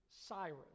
Cyrus